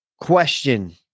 question